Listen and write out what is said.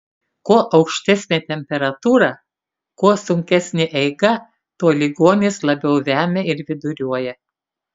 kuo aukštesnė temperatūra kuo sunkesnė eiga tuo ligonis labiau vemia ir viduriuoja